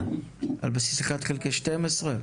על בסיס 1/12?